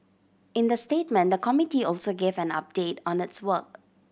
in the statement the committee also gave an update on its work